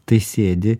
tai sėdi